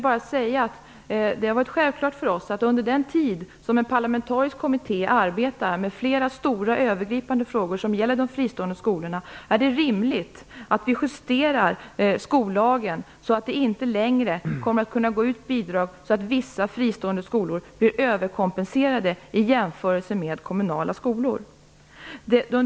Under den tid som en parlamentarisk kommitté arbetar med flera stora övergripande frågor som gäller de fristående skolorna är det rimligt att vi justerar skollagen så att det inte längre går ut bidrag så att vissa fristående skolor blir överkompenserade i jämförelse med kommunala skolor.